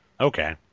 Okay